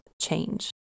change